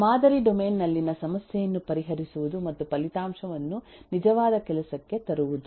ಮಾದರಿಯ ಡೊಮೇನ್ ನಲ್ಲಿನ ಸಮಸ್ಯೆಯನ್ನು ಪರಿಹರಿಸುವುದು ಮತ್ತು ಫಲಿತಾಂಶವನ್ನು ನಿಜವಾದ ಕೆಲಸಕ್ಕೆ ತರುವುದು